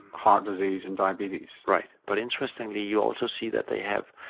heart disease and diabetes. right, but interestingly you also see that they have,